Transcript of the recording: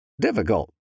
Difficult